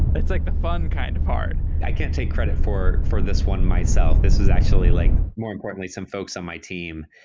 it's like the fun kind of hard. i can't take credit for for this one myself. this is actually like more importantly some folks on my team.